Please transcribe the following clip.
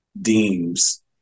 deems